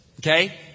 okay